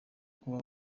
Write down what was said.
kuba